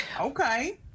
Okay